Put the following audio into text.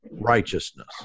righteousness